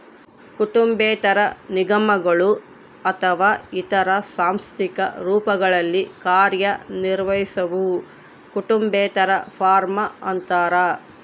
ಕುಟುಂಬೇತರ ನಿಗಮಗಳು ಅಥವಾ ಇತರ ಸಾಂಸ್ಥಿಕ ರೂಪಗಳಲ್ಲಿ ಕಾರ್ಯನಿರ್ವಹಿಸುವವು ಕುಟುಂಬೇತರ ಫಾರ್ಮ ಅಂತಾರ